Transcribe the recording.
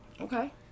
Okay